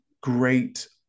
great